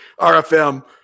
RFM